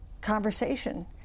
conversation